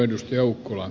kiitoksia ed